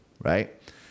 right